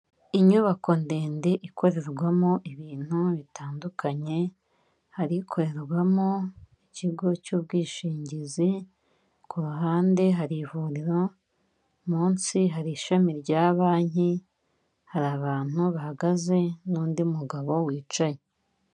Inyubako ndende ikorerwamo ibintu bitandukanye, hari ikorerwamo ikigo cy'ubwishingizi, ku ruhande hari ivuriro, munsi hari ishami rya banki, hari abantu bahagaze n'undi mugabo wicaye.